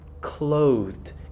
clothed